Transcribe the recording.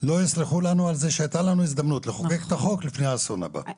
לא יסלחו לנו על זה שהייתה לנו הזדמנות לחוקק את החוק לפני האסון הבא.